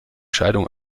scheidung